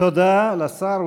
תודה לשר.